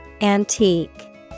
Antique